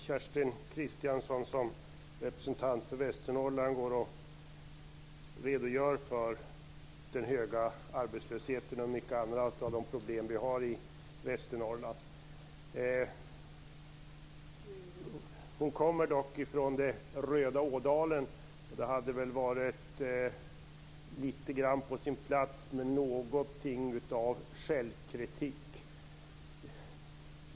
Herr talman! Jag tycker att det är bra att Kerstin Kristiansson som representant för Västernorrland redogör för den höga arbetslösheten och många andra av de problem vi har i Västernorrland. Hon kommer dock från det röda Ådalen, och det hade väl varit på sin plats med något av självkritik.